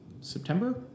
September